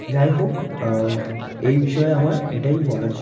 যাই হোক এই বিষয়ে আমার এটাই বলার ছিলো